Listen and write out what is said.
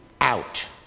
out